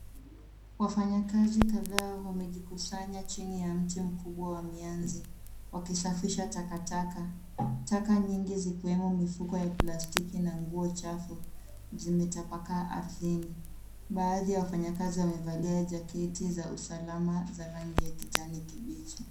Wafanyikazi kadhaa wamejikusanya chini ya mti mkubwa wa mianzi wakisafisha takataka. Taka nyingi zikiwemo mifuko ya plastiki na nguo chafu zimetapakaa arthini. Baadhi ya wafanyikazi wamevalia jaketi za usalama za rangi ya kijani kibichi.